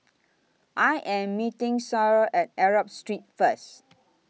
I Am meeting Cyril At Arab Street First